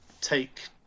take